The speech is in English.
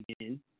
again